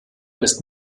ist